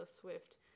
Swift